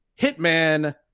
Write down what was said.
Hitman